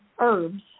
herbs